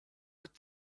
could